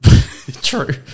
True